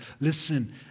Listen